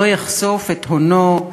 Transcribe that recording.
לא יחשוף את הונו,